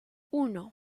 uno